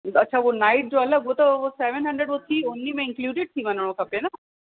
अच्छा उहो नाइट जो अलॻि उहो त सेवन हंड्रेड उहो थी हुन में ई इंक्ल्यूडेड थी वञिणो खपे न